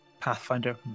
Pathfinder